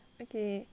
okay